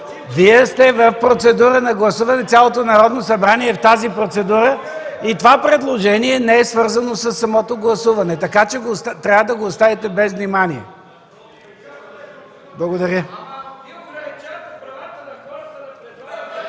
дадете почивка. Цялото Народно събрание е в тази процедура. Това предложение не е свързано със самото гласуване. Така че трябва да го оставите без внимание. Благодаря.